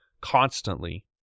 constantly